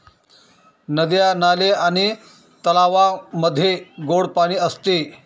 नद्या, नाले आणि तलावांमध्ये गोड पाणी असते